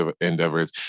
endeavors